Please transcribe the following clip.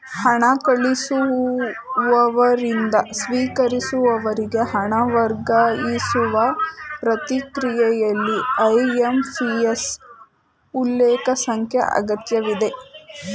ಹಣ ಕಳಿಸುವವರಿಂದ ಸ್ವೀಕರಿಸುವವರಿಗೆ ಹಣ ವರ್ಗಾಯಿಸುವ ಪ್ರಕ್ರಿಯೆಯಲ್ಲಿ ಐ.ಎಂ.ಪಿ.ಎಸ್ ಉಲ್ಲೇಖ ಸಂಖ್ಯೆ ಅಗತ್ಯವಿದೆ